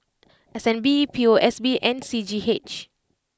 S N B P O S B and C G H